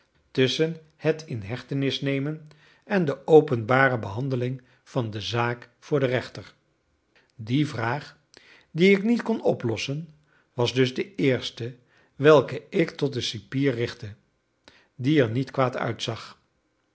tusschen het in hechtenis nemen en de openbare behandeling van de zaak voor den rechter die vraag die ik niet kon oplossen was dus de eerste welke ik tot den cipier richtte die er niet kwaad uitzag